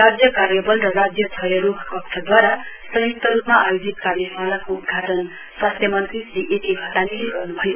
राज्य कार्यबल र राज्य क्षयरोग कक्षद्वारा संयुक्त रूपमा आयोजित कार्यशालाको उद्घाटन स्वास्थ्य मन्त्री श्री ए के घतानीले गर्नुभयो